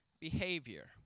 behavior